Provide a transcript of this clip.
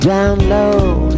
Download